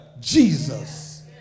Jesus